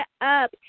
up